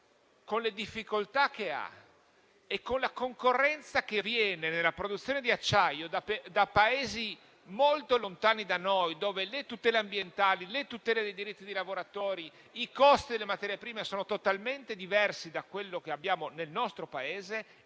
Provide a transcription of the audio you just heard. e le difficoltà che ha e con la concorrenza che nella produzione di acciaio arriva da Paesi molto lontani da noi, dove le tutele ambientali e dei diritti di lavoratori e i costi delle materie prime sono totalmente diversi da quelli che abbiamo nel nostro Paese,